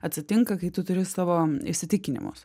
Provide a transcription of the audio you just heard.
atsitinka kai tu turi savo įsitikinimus